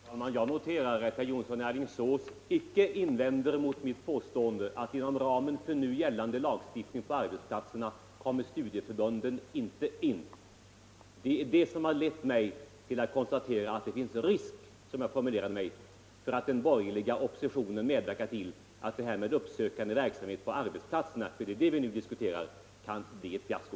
Herr talman! Jag noterar att herr Jonsson i Alingsås icke invänder mot mitt påstående att inom ramen för nu gällande lagstiftning på arbetsplatserna kommer studieförbunden inte in. Det är det som lett mig att konstatera att det finns risk, som jag formulerade mig, för att den borgerliga oppositionen medverkar till att den uppsökande verksamheten på arbetsplatserna — för det är det vi nu diskuterar — kan bli ett fiasko.